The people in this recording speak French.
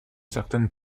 certaines